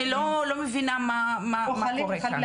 אני לא מבינה מה קורה כאן.